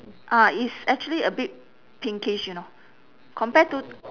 ah it's actually a bit pinkish you know compare to